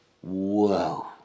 Whoa